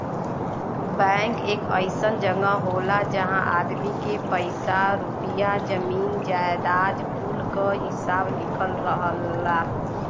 bank एक अइसन जगह होला जहां आदमी के पइसा रुपइया, जमीन जायजाद कुल क हिसाब लिखल रहला